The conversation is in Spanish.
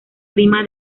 prima